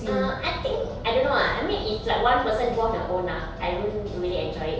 uh I think I don't know ah I mean if like one person do on her own ah I don't really enjoy it